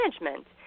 management